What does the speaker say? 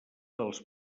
dels